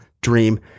dream